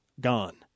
Gone